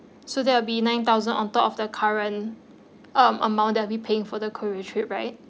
so that will be nine thousand on top of the current um amount that we'll be paying for the korea trip right